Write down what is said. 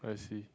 I see